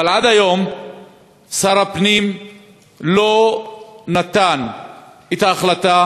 אבל עד היום שר הפנים לא נתן את ההחלטה